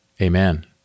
Amen